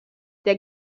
der